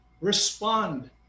respond